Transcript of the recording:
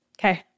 Okay